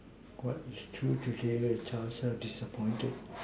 what is true today your child so disappointed